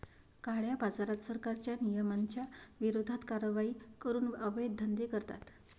काळ्याबाजारात, सरकारच्या नियमांच्या विरोधात कारवाई करून अवैध धंदे करतात